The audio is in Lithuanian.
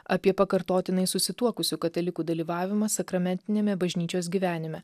apie pakartotinai susituokusių katalikų dalyvavimą sakramentiniame bažnyčios gyvenime